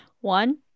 One